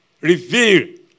revealed